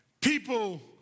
people